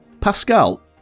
Pascal